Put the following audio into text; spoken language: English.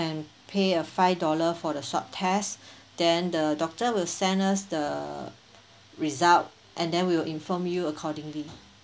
and pay a five dollar for the short test then the doctor will sent us the result and then we will inform you accordingly